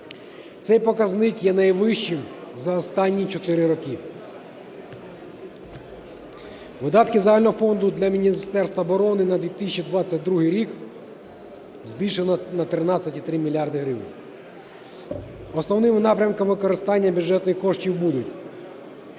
Цей показник є найвищим за останні чотири роки. Видатки загального фонду для Міністерства оборони на 2022 рік збільшено на 13,3 мільярда гривень. Основними напрямками використання бюджетних коштів будуть